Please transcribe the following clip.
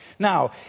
Now